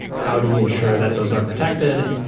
how do we ensure that those are protected,